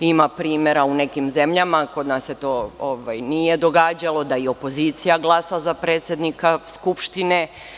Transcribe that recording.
Ima primera u nekim zemljama, kod nas se to nije događalo, da i opozicija glasa za predsednika Skupštine.